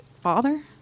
father